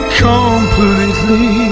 completely